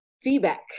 feedback